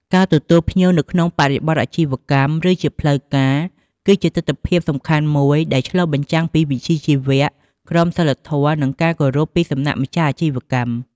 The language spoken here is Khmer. ការទទួលភ្ញៀវនៅក្នុងបរិបទអាជីវកម្ម ឬជាផ្លូវការ គឺជាទិដ្ឋភាពសំខាន់មួយដែលឆ្លុះបញ្ចាំងពីវិជ្ជាជីវៈ ក្រមសីលធម៌ និងការគោរពពីសំណាក់ម្ចាស់អាជីវកម្ម។